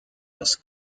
das